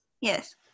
Yes